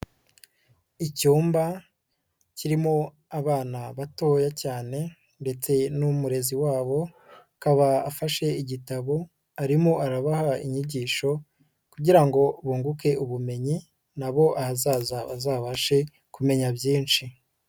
Icyumba kirimo abana batoya cyane ndetse n'umurezi wabo, akaba afashe igitabo, arimo arabaha inyigisho kugira ngo bunguke ubumenyi nabo ahazaza bazabashe kumenya byinshi.